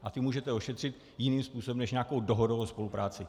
A ty můžete ošetřit jiným způsobem než nějakou dohodou o spolupráci.